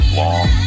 long